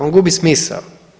On gubi smisao.